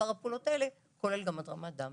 והפעולות האלה כוללות גם התרמת דם.